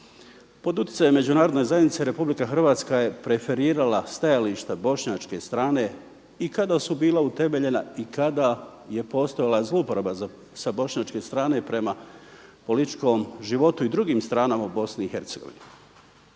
Pod utjecajem međunarodne zajednice Republika Hrvatska je preferirala stajališta bošnjačke strane i kada su bila utemeljena i kada je postojala zlouporaba sa bošnjačke strane prema političkom životu i drugim stranama u Bosni